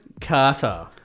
Carter